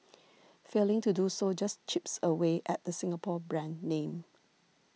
failing to do so just chips away at the Singapore brand name